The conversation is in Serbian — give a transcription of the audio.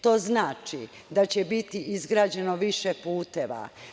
To znači da će biti izgrađeno više puteva.